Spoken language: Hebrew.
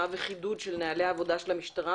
הטמעה וחידוד של נהלי העבודה של המשטרה